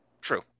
True